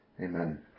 amen